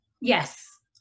yes